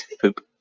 poop